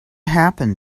happened